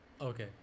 Okay